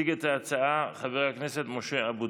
מס' 1994. יציג את ההצעה חבר הכנסת משה אבוטבול.